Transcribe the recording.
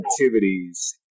activities